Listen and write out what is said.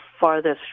farthest